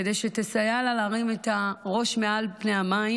כדי שתסייע לה להרים את הראש מעל פני המים,